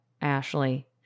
Ashley